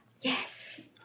Yes